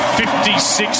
56